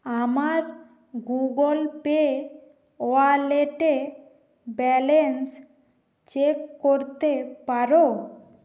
আমার Google Pay ওয়ালেটে balance check করতে পারো